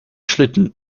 schlitten